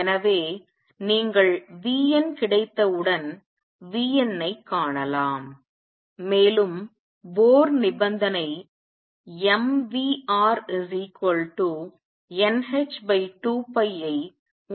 எனவே நீங்கள் vn கிடைத்தவுடன் vn ஐக் காணலாம் மேலும் Bohr நிபந்தனை mvrnh2π ஐ உங்களுக்குத் தெரியும்